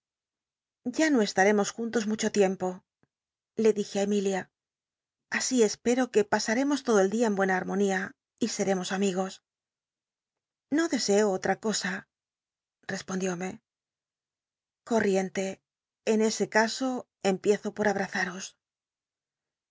ya no estaremos juntos mucho tiempo le dije á emilia así espero que pasaremo lodo el dia en buena armonía y seremos amigos no deseo otra cosa respondióme co trientc en ese caso empiezo por